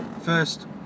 first